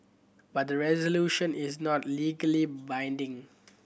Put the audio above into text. but the resolution is not legally binding